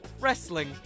wrestling